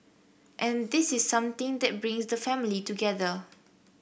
and this is something that brings the family together